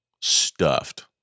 stuffed